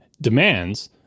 demands